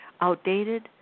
outdated